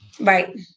right